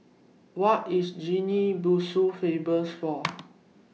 What IS Guinea Bissau Famous For